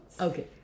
Okay